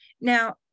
now